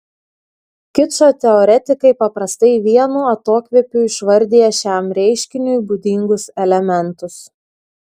kičo teoretikai paprastai vienu atokvėpiu išvardija šiam reiškiniui būdingus elementus